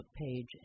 page